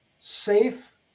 safe